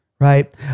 right